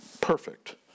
perfect